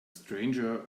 stranger